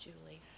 Julie